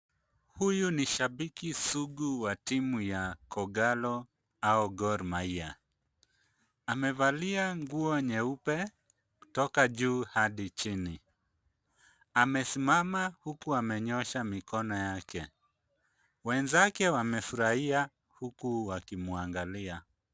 Huyu ni shabiki sugu wa timu ya Kogalo au Gor Mahia. Amevalia nguo nyeupe kutoka juu hadi chini. Amesimama huku amenyosha mikono yake. Wenzake wamefurahia huku wakimwangalia.